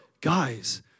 Guys